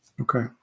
Okay